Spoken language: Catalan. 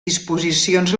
disposicions